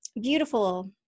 Beautiful